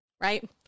right